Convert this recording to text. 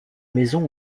maison